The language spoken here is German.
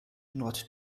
nord